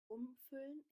umfüllen